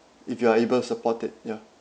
if you are able to support it ya